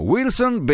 Wilson